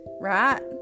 right